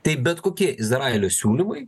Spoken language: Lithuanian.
tai bet kokie izraelio siūlymai